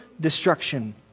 destruction